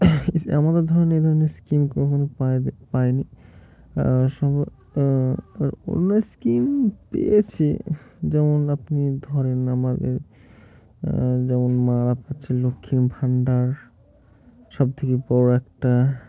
এমাদের ধরেন এই ধরনের স্কিম কখনো পায় পায়নি আর অন্য স্কিম পেয়েছি যেমন আপনি ধরেন আমাদের যেমন মারা পাচ্ছে লক্ষ্মীর ভাণ্ডার সবথেকে বড়ো একটা